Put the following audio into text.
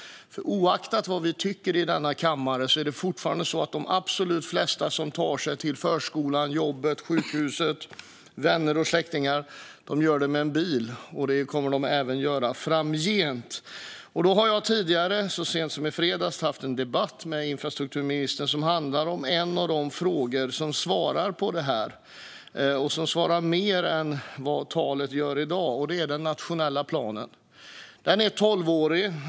Oavsett vad vi tycker i denna kammare tar sig de flesta som åker till förskolan, jobbet, sjukhuset, vänner och släktingar dit med bil. Det kommer de att göra även framgent. Så sent som i fredags debatterade jag med infrastrukturministern om ett av de områden som svarar på mina frågor mer än vad talet i dag gör, nämligen den nationella planen. Den gäller i tolv år.